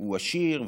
הוא עשיר,